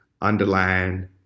underline